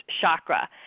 chakra